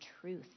truth